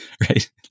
right